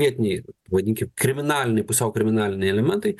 vietiniai vadinkim kriminaliniai pusiau kriminaliniai elementai